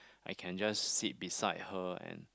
I can just sit beside her and